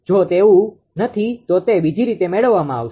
જો તેવું નથી તો તે બીજી રીતે મેળવવામાં આવશે